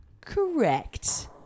Correct